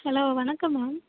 hello வணக்கம் ma'am